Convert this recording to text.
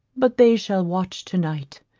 but they shall watch to night,